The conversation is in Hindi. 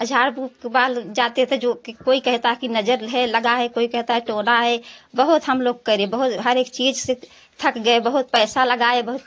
अ झाड़ फूक बाल जाते थे जो कोई कहता कि नज़र है लगा है कोई कहता टोना है बहुत हम लोग करे बहु हर एक चीज़ से थक गये बहुत पैसा लगाए बहुत